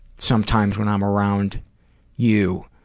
sometimes when i'm around you,